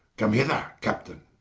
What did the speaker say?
come hither captaine,